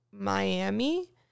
miami